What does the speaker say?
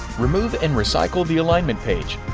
remove and recycle the alignment page.